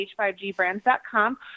h5gbrands.com